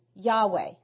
Yahweh